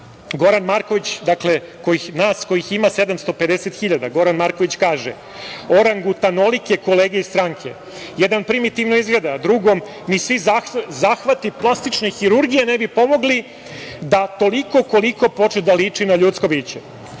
Goran Marković, dakle o nama kojih ima 750.000 Goran Marković kaže - orangutanolike kolege iz stranke. Jedan primitivno izgleda, a drugom ni svi zahvati plastične hirurgije ne bi pomogli da koliko-toliko počne da liči na ljudsko biće.